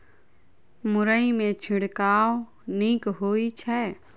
मुरई मे छिड़काव नीक होइ छै?